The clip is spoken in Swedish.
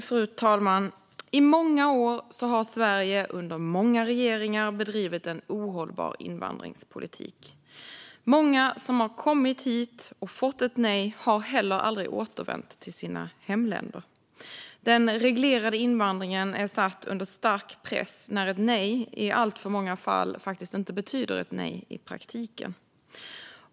Fru talman! Under många år och många regeringar har Sverige drivit en ohållbar invandringspolitik. Många som har kommit hit och fått ett nej har aldrig återvänt till sina hemländer. Den reglerade invandringen är satt under stark press när ett nej i alltför många fall inte betyder ett nej i praktiken.